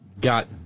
got